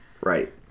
Right